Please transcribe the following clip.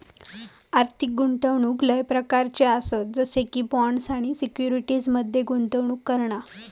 आर्थिक गुंतवणूक लय प्रकारच्ये आसत जसे की बॉण्ड्स आणि सिक्युरिटीज मध्ये गुंतवणूक करणा